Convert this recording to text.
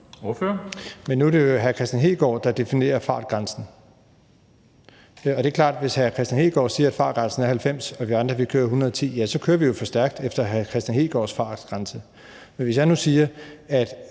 nu er det jo hr. Kristian Hegaard, der definerer fartgrænsen, og det er klart, at hvis hr. Kristian Hegaard siger, at fartgrænsen er 90 km/t., og vi andre kører 110 km/t., så kører vi jo for stærkt efter hr. Kristian Hegaards fartgrænse. Men hvis jeg nu siger, at